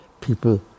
people